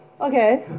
Okay